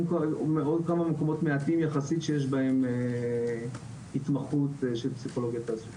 או כמה מקומות מעטים יחסית שיש בהם התמחות של פסיכולוגיה תעסוקתית.